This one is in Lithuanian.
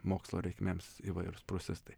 mokslo reikmėms įvairūs prūsistai